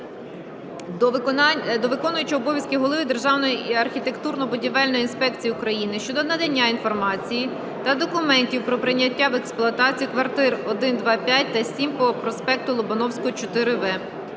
до виконувача обов'язків голови Державної архітектурно-будівельної інспекції України щодо надання інформації та документів про прийняття в експлуатацію квартир 1, 2, 5 та 7 по проспекту Лобановського, 4-В.